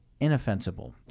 inoffensible